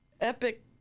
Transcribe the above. epic